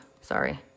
Sorry